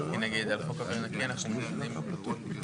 נקריא את הסעיף.